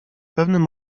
pewnym